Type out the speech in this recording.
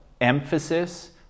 emphasis